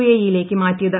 എഇ യില്ലേക്ക് മാറ്റിയത്